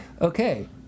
Okay